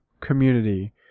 community